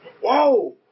Whoa